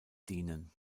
dienen